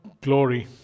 glory